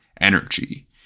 energy